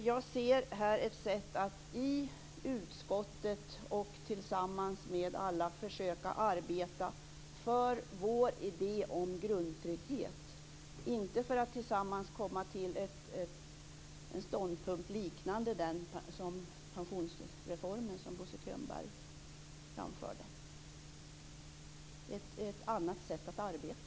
Fru talman! Jag tyckte att jag förklarade det. Jag ser här ett sätt att tillsammans med alla i utskottet försöka att arbeta för vår idé om grundtrygghet, inte för att tillsammans komma fram till en ståndpunkt liknande den om pensionsreformen, som Bo Könberg framförde. Detta är ett annat sätt att arbeta.